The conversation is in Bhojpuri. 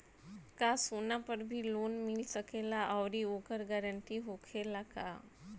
का सोना पर भी लोन मिल सकेला आउरी ओकर गारेंटी होखेला का?